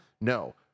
No